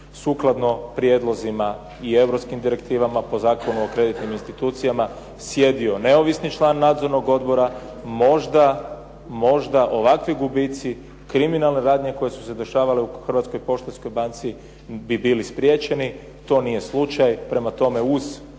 sukladno prijedlozima i europskim direktivama, po Zakonu o kreditnim institucijama sjedio neovisni član nadzornog odbora, možda ovakvi gubici, kriminalne radnje koje su se dešavale u Hrvatskoj poštanskoj banci bi bili spriječeni. To nije slučaj. Prema tome uz HNB, a